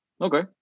Okay